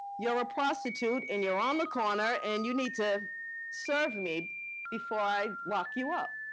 you're a prostitute and you're on the corner and you need to serve me before i lock you up.